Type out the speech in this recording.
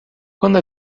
quando